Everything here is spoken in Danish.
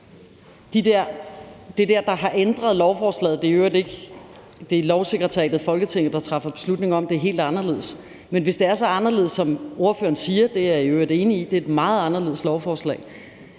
fik tre behandlinger. Det er Lovsekretariatet i Folketinget, der træffer beslutning om, om det er helt anderledes. Men hvis det er så anderledes, som ordføreren siger – det er jeg i øvrigt enig i, det er et meget anderledes lovforslag